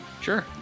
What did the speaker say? Sure